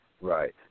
Right